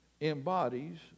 embodies